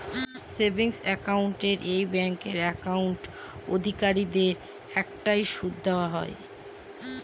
savings account এ bank account অধিকারীদের একটা সুদ দেওয়া হয়